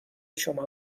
شما